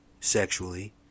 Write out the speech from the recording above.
sexually